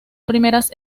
primeras